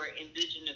indigenous